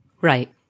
Right